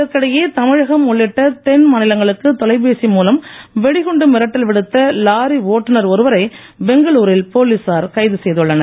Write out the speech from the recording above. இதற்கிடையே தமிழகம் உள்ளிட்ட தென் மாநிலங்களுக்கு தொலைபேசி மூலம் வெடிகுண்டு மிரட்டல் விடுத்த லாரி ஓட்டுனர் ஒருவரை பெங்களுரில் போலீசார் கைது செய்துள்ளனர்